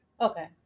Okay